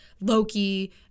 Loki